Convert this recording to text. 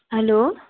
hello